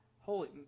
holy –